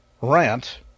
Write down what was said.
rant